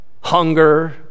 hunger